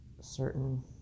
certain